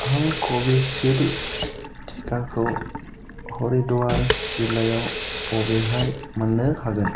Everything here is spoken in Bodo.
आं कविसिल्ड टिकाखौ हरिद्वार जिल्लायाव बबेहाय मोननो हागोन